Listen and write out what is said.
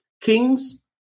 Kings